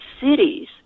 cities